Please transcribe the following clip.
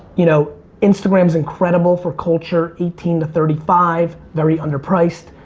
you know instagram's incredible for culture eighteen to thirty five very underpriced,